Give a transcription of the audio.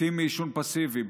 מתים מעישון פסיבי.